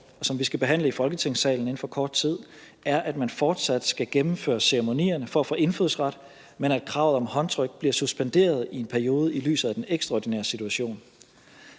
og som vi skal behandle i Folketingssalen inden for kort tid, er, at man fortsat skal gennemføre ceremonierne for at få indfødsret, men at kravet om håndtryk bliver suspenderet i en periode i lyset af den ekstraordinære situation.